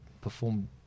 perform